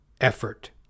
effort